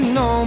no